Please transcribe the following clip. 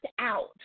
out